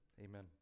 amen